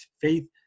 faith